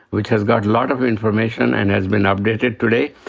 which has got a lot of information and has been updated today,